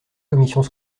commissions